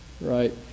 Right